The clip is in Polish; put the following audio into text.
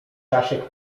czasie